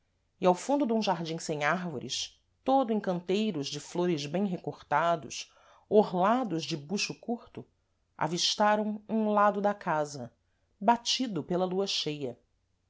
degraus e ao fundo dum jardim sem árvores todo em canteiros de flores bem recortados orlados de buxo curto avistaram um lado da casa batido pela lua cheia